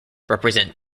represent